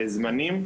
זמנים.